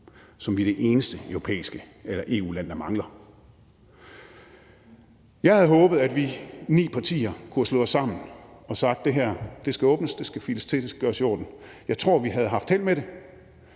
som vi er det eneste EU-land der mangler. Jeg havde håbet, at vi ni partier kunne have slået os sammen og sagt, at det her skal åbnes, files til og gøres i orden. Jeg tror, vi havde haft held med det.